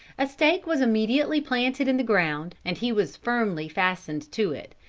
a stake was immediately planted in the ground, and he was firmly fastened to it.